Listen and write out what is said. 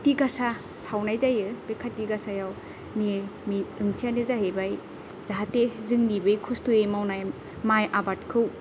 खाथि गासा सावनाय जायो बे खाथि गासायावनि ओंथियानो जाहैबाय जाहाथे जोंनि बे खस्थ'यै मावनाय माइ आबादखौ